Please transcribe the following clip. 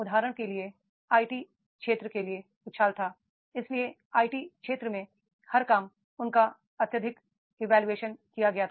उदाहरण के लिए आईटी क्षेत्र के लिए उछाल था इसलिए आईटी क्षेत्र में हर काम उनका अत्यधिक इवोल्यूशन किया गया था